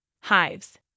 hives